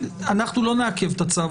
אנחנו לא נעכב את הצו.